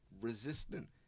resistant